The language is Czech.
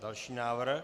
Další návrh?